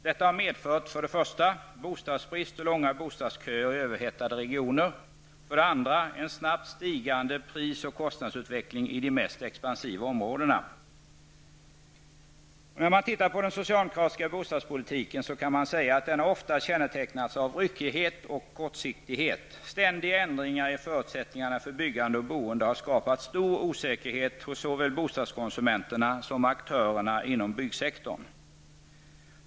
Detta har medfört för det första bostadsbrist och långa bostadsköer i överhettade regioner, för det andra en snabbt stigande pris och kostnadsutveckling i de mest expansiva områdena. Den socialdemokratiska bostadspolitiken kännetecknas ofta av ryckighet och kortsiktighet. Ständiga ändringar i förutsättningarna för byggande och boende har skapat stor osäkerhet hos såväl bostadskonsumenterna som aktörerna inom byggsektorn.